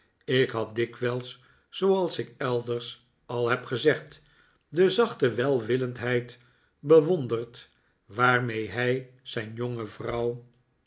ik had dikwijls zooals ik elders al heb gezegd de zachte welwillendheid bewonderd waarmee hij zijn jonge vrouw